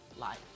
life